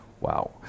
Wow